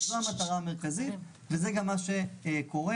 זו המטרה המרכזית וזה גם מה שקורה.